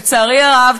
לצערי הרב,